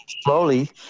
slowly